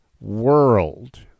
world